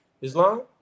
Islam